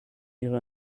ihre